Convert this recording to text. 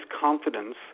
confidence